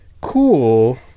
cool